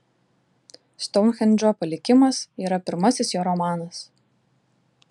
stounhendžo palikimas yra pirmasis jo romanas